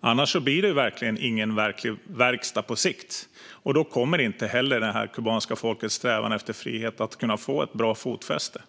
Annars blir det ingen verklig verkstad på sikt, och då kommer heller inte det kubanska folkets strävan efter frihet att kunna få ett bra fotfäste.